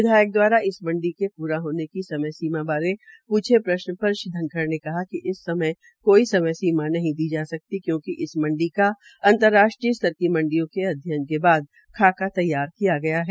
विधायक द्वारा इस मंत्री के पूरा होने की समय सीमा बारे पूछे प्रश्न पर श्री धनखड़ ने कहा कि इस समय कोई सीमा नहीं दी जा रही है क्योंकिं इस मंडी का अंतर्राष्ट्रीय स्तर की मंडियों के अध्ययन के बाद खाका तैयार किया गया है